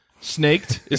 snaked